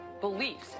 beliefs